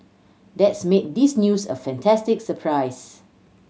that's made this news a fantastic surprise